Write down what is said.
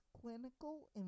clinical